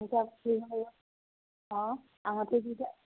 হিচাপ কৰিব লাগিব অঁ আঙুঠিটো এতিয়া